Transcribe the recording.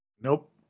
Nope